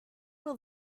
will